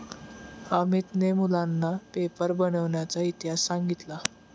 अमितने मुलांना पेपर बनविण्याचा इतिहास सांगितला